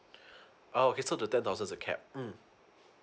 oh okay so the ten thousand is a cap mm